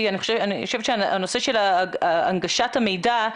אני חושבת שהנושא של הנגשת המידע,